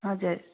हजुर